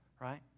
right